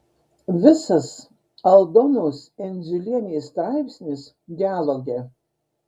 visas aldonos endziulienės straipsnis dialoge